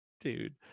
dude